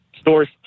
stores